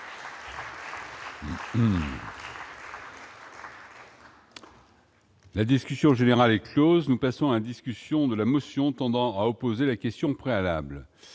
La discussion générale est Close, nous passons un discussion de la motion tendant à opposer la question préalable